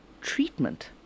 treatment